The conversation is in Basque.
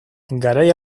garai